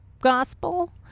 gospel